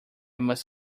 must